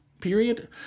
period